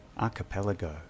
Archipelago